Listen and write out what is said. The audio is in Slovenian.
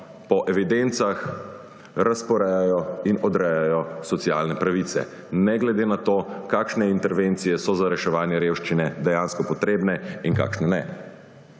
po evidencah razporejajo in odrejajo socialne pravice ne glede na to, kakšne intervencije so za reševanje revščine dejansko potrebne in kakšne ne.